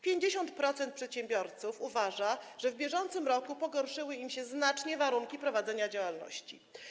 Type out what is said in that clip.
50% przedsiębiorców uważa, że w bieżącym roku pogorszyły im się znacznie warunki prowadzenia działalności.